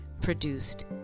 produced